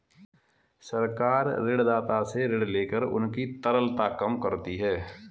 सरकार ऋणदाता से ऋण लेकर उनकी तरलता कम करती है